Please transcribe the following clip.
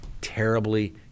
terribly